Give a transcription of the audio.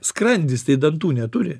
skrandis tai dantų neturi